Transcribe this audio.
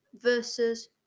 Versus